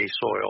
soil